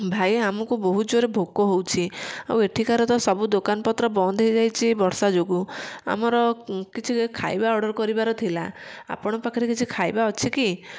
ଭାଇ ଆମକୁ ବହୁତ ଜୋରରେ ଭୋକ ହେଉଛି ଆଉ ଏଠିକାର ତା ସବୁ ଦୋକାନପତ୍ର ବନ୍ଦ ହେଇଯାଇଛି ବର୍ଷା ଯୋଗୁଁ ଆମର କିଛି ଖାଇବା ଅର୍ଡ଼ର କରିବାର ଥିଲା ଆପଣଙ୍କ ପାଖରେ କିଛି ଖାଇବା ଅଛି କି